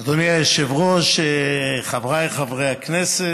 היושב-ראש, חבריי חברי הכנסת,